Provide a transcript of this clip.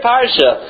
Parsha